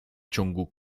ciągu